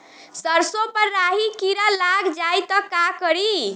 सरसो पर राही किरा लाग जाई त का करी?